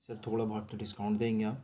سر تھوڑا بہت تو ڈسکاؤنٹ تو دیں گے آپ